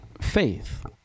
faith